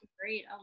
Great